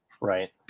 Right